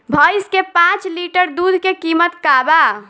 भईस के पांच लीटर दुध के कीमत का बा?